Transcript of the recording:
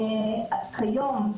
היום,